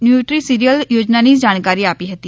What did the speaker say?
ન્યુદ્રી સિરીયલ યોજનાની જાણકારી આપી હતી